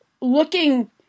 looking